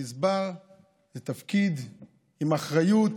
גזבר זה תפקיד עם אחריות,